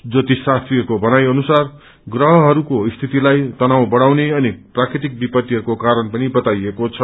ज्योतिष शास्त्रीहरूको भनाई अनुसार प्रहहरूको स्थितिलाई तनाव बढ़ाउने अनि प्राकृतिक विपत्तिहरूको कारण पनि बताइएको छ